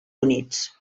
units